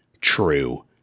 true